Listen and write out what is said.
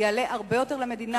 יעלה הרבה יותר למדינה.